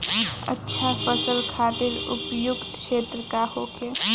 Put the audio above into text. अच्छा फसल खातिर उपयुक्त क्षेत्र का होखे?